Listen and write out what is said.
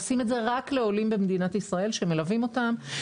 עושים את זה רק לעולים במדינת ישראל שמלווים אותם,